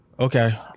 Okay